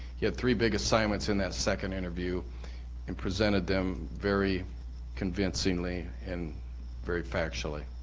he had three big assignments in that second interview and presented them very convincingly and very factually.